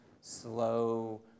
slow